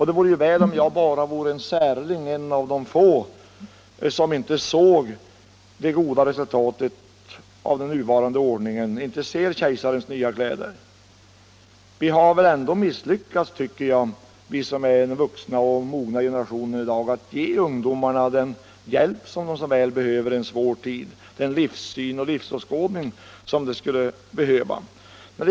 Det vore ju väl om jag bara vore en särling, en av de få som inte såg det goda resultatet av den nuvarande ordningen, som inte såg kejsarens nya kläder. Vi har väl ändå misslyckats, tycker jag, vi som är den vuxna och mogna generationen i dag, att ge ungdomarna den hjälp som de så väl behöver i en svår tid — med den livssyn och livsåskådning som de skulle behöva.